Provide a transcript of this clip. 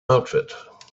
outfit